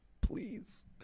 please